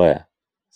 v